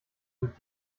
mit